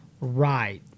Right